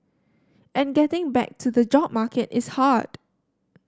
and getting back to the job market is hard